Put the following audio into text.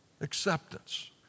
acceptance